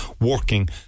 working